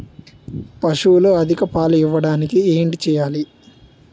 పశువులు అధిక పాలు ఇవ్వడానికి ఏంటి చేయాలి